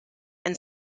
and